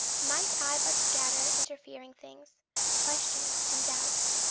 might i but scatter interfering things questions and doubts,